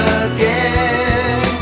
again